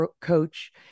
coach